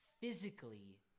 physically